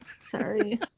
Sorry